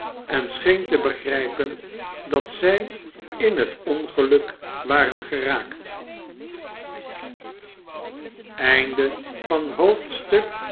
en scheen te begrijpen dat zij in het ongeluk waren geraakt